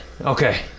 Okay